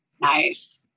Nice